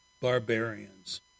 barbarians